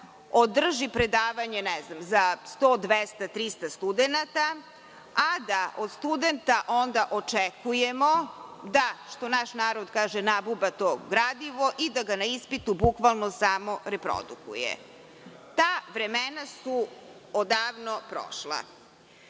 održi predavanje za 100, 200, 300 studenata, a da od studenta onda očekujemo da nabuba gradivo i da ga na ispitu bukvalno, samo reprodukuje. Ta vremena su odavno prošla. Navešću